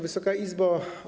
Wysoka Izbo!